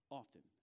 often